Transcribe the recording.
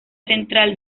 central